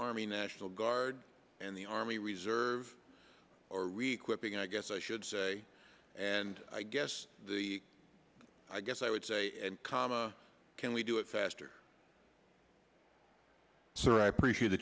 army national guard and the army reserve or reequipping i guess i should say and i guess i guess i would say comma can we do it faster so i appreciate the